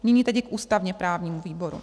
Nyní tedy k ústavněprávnímu výboru.